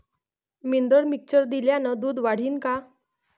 Mineral mixture दिल्यानं दूध वाढीनं का?